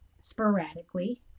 sporadically